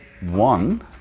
One